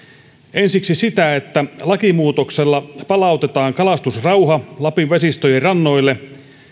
ensiksi sitä että lakimuutoksella palautetaan kalastusrauha lapin vesistöjen rannoille